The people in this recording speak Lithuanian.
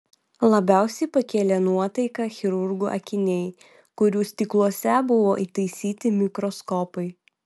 labiausiai pakėlė nuotaiką chirurgų akiniai kurių stikluose buvo įtaisyti mikroskopai